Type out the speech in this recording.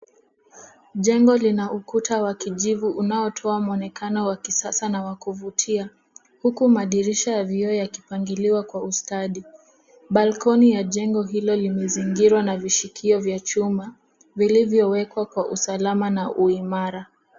Jengo lina ukuta wa kijivu unaotaoa muonekanao wa kisasa na wakuvutia huku madirisha ya vioo yakipangiliwa kwa ustadi. Balcony ya jengo hilo limezingirwa na vishikio vya chuma, vilivyowekwa kwa usalama na uimara.